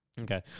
okay